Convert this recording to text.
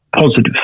positive